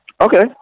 Okay